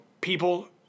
people